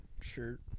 shirt